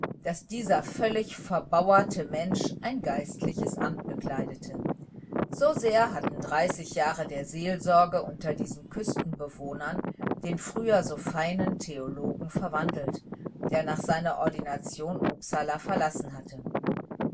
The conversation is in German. daß dieser völlig verbauerte mensch ein geistliches amt bekleidete so sehr hatten dreißig jahre der seelsorge unter diesen küstenbewohnern den früher so feinen theologen verwandelt der nach seiner ordination upsala verlassen hatte